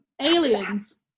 Aliens